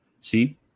see